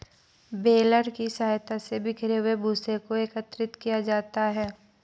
baler की सहायता से बिखरे हुए भूसे को एकत्रित किया जाता है